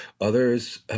others